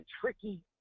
tricky